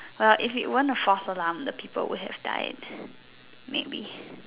uh if it weren't a false alarm the people would have died maybe